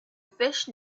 fish